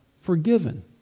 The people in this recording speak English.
forgiven